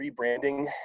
rebranding